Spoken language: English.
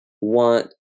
want